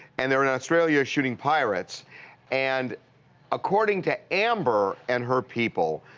and they were in australia shooting pirates and according to amber and her people,